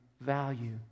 value